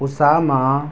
Usama